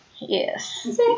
Yes